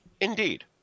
Indeed